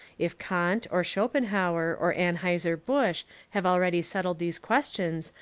if kant, or schopenhauer, or anheuser busch have already settled these questions,